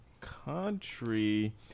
country